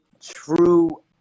true